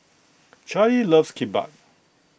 Charley loves Kimbap